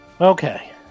Okay